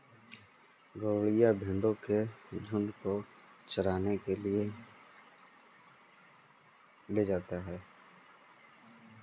गरेड़िया भेंड़ों के झुण्ड को चराने के लिए ले जाता है